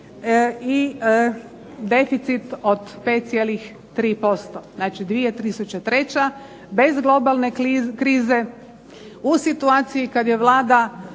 i deficit od 5,3%. Znači 2003. bez globalne krize, u situaciji kad je Vlada